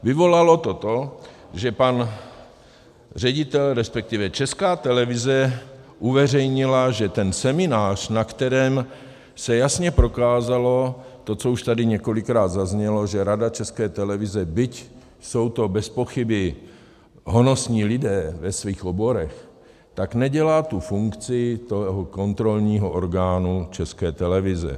Vyvolalo to to, že pan ředitel, respektive Česká televize uveřejnila, že ten seminář, na kterém se jasně prokázalo to, co už tady několikrát zaznělo, že Rada České televize, byť jsou to bezpochyby honosní lidé ve svých oborech, nedělá tu funkci kontrolního orgánu České televize.